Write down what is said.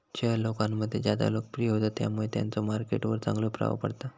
share लोकांमध्ये ज्यादा लोकप्रिय होतत त्यामुळे त्यांचो मार्केट वर चांगलो प्रभाव पडता